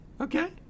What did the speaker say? okay